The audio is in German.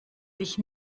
sich